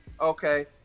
Okay